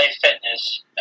Fitness